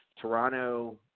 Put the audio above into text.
Toronto